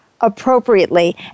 appropriately